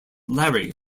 larry